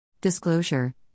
Disclosure